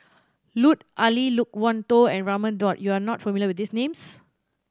Lut Ali Loke Wan Tho and Raman Daud you are not familiar with these names